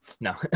no